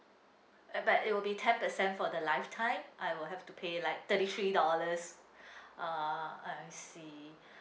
uh but it will be ten percent for the lifetime I will have to pay like thirty three dollars ah I see